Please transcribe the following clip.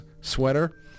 Sweater